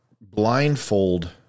blindfold